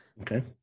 Okay